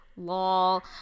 lol